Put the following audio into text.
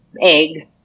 eggs